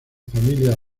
familia